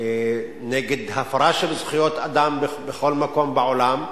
נגד הפרה של זכויות אדם בכל מקום בעולם,